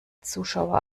zuschauer